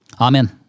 Amen